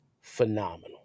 phenomenal